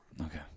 Okay